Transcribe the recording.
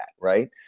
Right